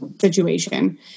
situation